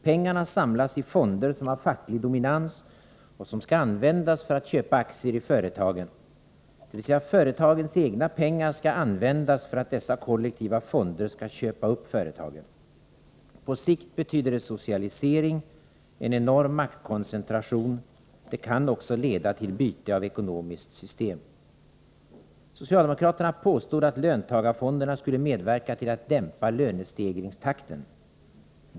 Pengarna samlas i fonder som har facklig dominans och som skall användas för att köpa aktier i företagen, dvs. företagens egna pengar skall användas för att dessa kollektiva fonder skall köpa upp företagen. På sikt betyder det socialisering, en enorm maktkoncentration. Det kan också leda till byte av ekonomiskt system. Socialdemokraterna påstod att löntagarfonderna skulle medverka till att dämpa lönestegringstakten.